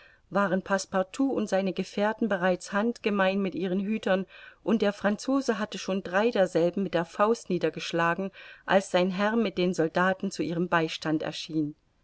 waren passepartout und seine gefährten bereits handgemein mit ihren hütern und der franzose hatte schon drei derselben mit der faust niedergeschlagen als sein herr mit den soldaten zu ihrem beistand erschien